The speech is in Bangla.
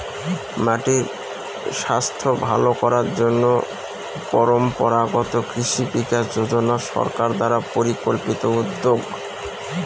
মাটির স্বাস্থ্য ভালো করার জন্য পরম্পরাগত কৃষি বিকাশ যোজনা সরকার দ্বারা পরিকল্পিত উদ্যোগ